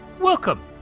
Welcome